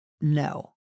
no